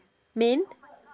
main